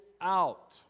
out